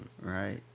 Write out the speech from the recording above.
right